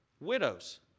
Widows